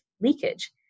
leakage